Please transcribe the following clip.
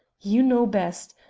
you know best.